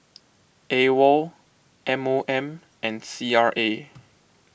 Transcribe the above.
Awol M O M and C R A